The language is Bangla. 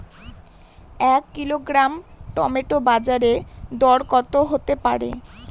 এক কিলোগ্রাম টমেটো বাজের দরকত হতে পারে?